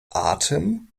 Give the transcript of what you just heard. atem